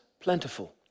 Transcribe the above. plentiful